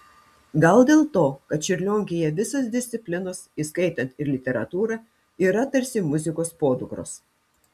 gal dėl to kad čiurlionkėje visos disciplinos įskaitant ir literatūrą yra tarsi muzikos podukros